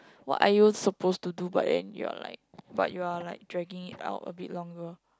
what are you supposed to do but then you're like but you're like dragging it out a bit longer